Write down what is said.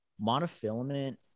monofilament